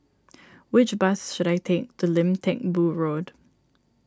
which bus should I take to Lim Teck Boo Road